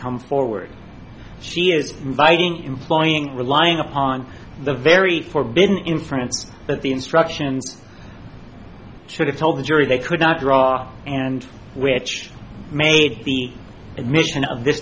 come forward she is inviting employing relying upon the very forbidden in france but the instructions should have told the jury they could not draw and which made the admission of this